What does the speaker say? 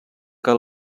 que